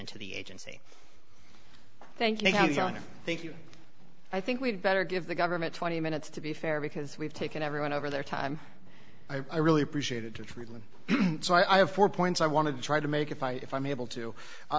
to the agency thank you john thank you i think we'd better give the government twenty minutes to be fair because we've taken everyone over their time i really appreciated to treatment so i have four points i want to try to make if i if i'm able